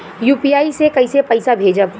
UPI से कईसे पैसा भेजब?